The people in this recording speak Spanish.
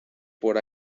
por